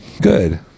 Good